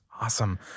awesome